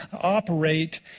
operate